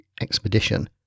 expedition